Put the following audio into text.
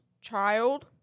child